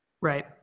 Right